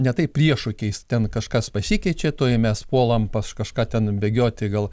ne taip priešokiais ten kažkas pasikeičia tuoj mes puolam pas kažką ten bėgioti gal